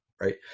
Right